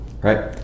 right